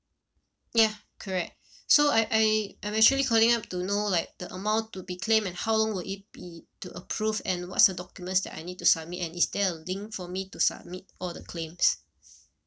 ya correct so I I I'm actually calling up to know like the amount to be claimed and how long will it be to approve and what's the documents that I need to submit and is there a link for me to submit all the claims